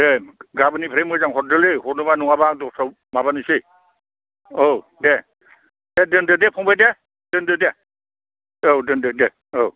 दे गाबोननिफ्राय मोजां हरदोलै हरनोबा नङाबा आं दस्रायाव माबानिसै औ दे दोनदो दे फंबाय दे दोनदो दे औ दोनदो दे औ